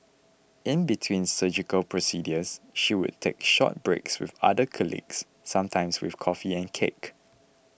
in between surgical procedures she would take short breaks with other colleagues sometimes with coffee and cake